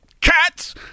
cats